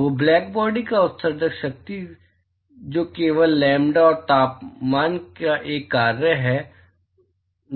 तो black body की उत्सर्जन शक्ति जो केवल लैम्ब्डा और तापमान का एक कार्य है